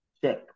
Check